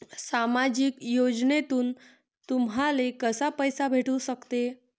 सामाजिक योजनेतून तुम्हाले कसा पैसा भेटू सकते?